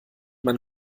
man